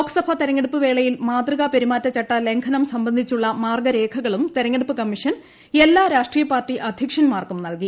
ലോക്സഭാ തെരെഞ്ഞെടുപ്പ് വേളയിൽ മാതൃകാ പെരുമാറ്റച്ചട്ട ലംഘനം സംബന്ധിച്ചുള്ള മാർഗ്ഗരേഖകളും തെരെഞ്ഞെടുപ്പ് കമ്മീഷൻ എല്ലാ രാഷ്ട്രീയ പാർട്ടി അധ്യക്ഷന്മാർക്കും നൽകി